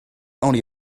only